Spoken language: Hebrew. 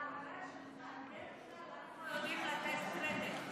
אנחנו בדרך כלל יודעים לתת קרדיט,